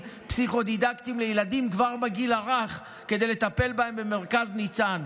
פסיכו-דידקטיים לילדים כבר בגיל הרך כדי לטפל בהם במרכז ניצן.